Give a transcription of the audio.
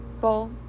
ball